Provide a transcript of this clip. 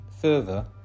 further